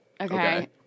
Okay